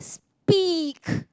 speak